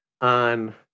on